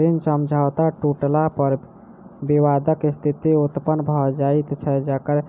ऋण समझौता टुटला पर विवादक स्थिति उत्पन्न भ जाइत छै जकर